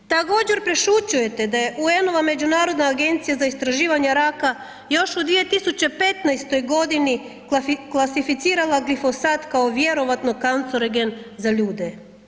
Također prešućujete da je UN-ova međunarodna agencija za istraživanje raka još u 2015.-oj godini klasificirala glifosat kao vjerovatno kancerogen za ljude.